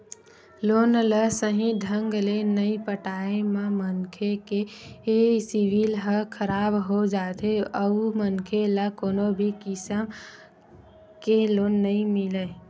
loan ल सहीं ढंग ले नइ पटाए म मनखे के सिविल ह खराब हो जाथे अउ मनखे ल कोनो भी किसम के लोन नइ मिलय